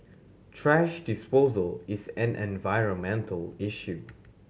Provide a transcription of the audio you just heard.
thrash disposal is an environmental issue